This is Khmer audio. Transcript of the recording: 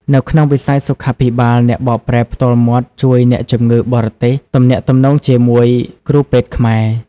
នៅក្នុងវិស័យសុខាភិបាល អ្នកបកប្រែផ្ទាល់មាត់ជួយអ្នកជំងឺបរទេសទំនាក់ទំនងជាមួយគ្រូពេទ្យខ្មែរ។